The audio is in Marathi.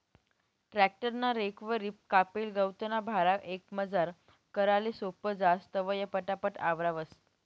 ट्रॅक्टर ना रेकवरी कापेल गवतना भारा एकमजार कराले सोपं जास, तवंय पटापट आवरावंस